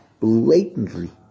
blatantly